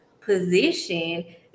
position